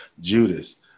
Judas